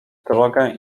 drogę